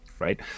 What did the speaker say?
Right